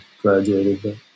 graduated